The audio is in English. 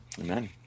Amen